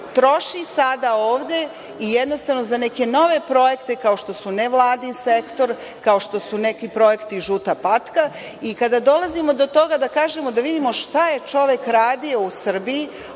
troši sada ovde i jednostavno za neke nove projekte kao što su nevladin sektor, kao što su neki projekti „Žuta patka“ i kada dolazimo do toga da kažemo, da vidimo šta je čovek radio u Srbiji,